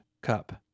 cup